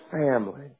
family